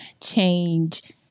change